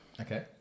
okay